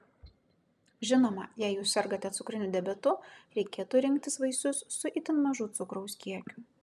žinoma jei jūs sergate cukriniu diabetu reikėtų rinktis vaisius su itin mažu cukraus kiekiu